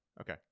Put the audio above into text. Okay